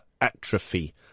atrophy